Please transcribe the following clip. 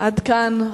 עד כאן.